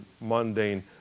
mundane